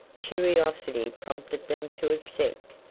curiosity prompted them to accept,